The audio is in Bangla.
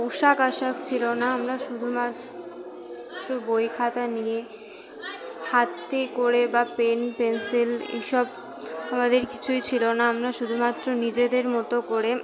পোশাক আসাক ছিলো না আমরা শুধুমাত্র বই খাতা নিয়ে হাতে করে বা পেন পেনসিল এই সব আমাদের কিছুই ছিলো না আমরা শুধুমাত্র নিজেদের মতো করে